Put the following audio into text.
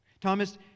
Thomas